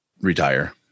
retire